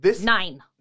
Nine